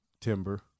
Timber